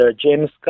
James